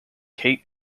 kate